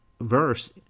verse